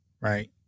right